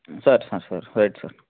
sir sir sir right sir